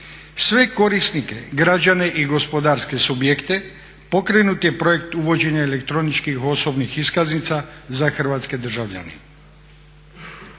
sve korisnike, građane i gospodarske subjekte pokrenut je projekt uvođenja elektroničkih osobnih iskaznica za hrvatske državljane.